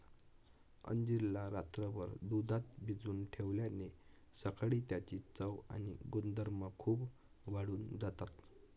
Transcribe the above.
अंजीर ला रात्रभर दुधात भिजवून ठेवल्याने सकाळी याची चव आणि गुणधर्म खूप वाढून जातात